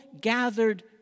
gathered